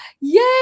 Yay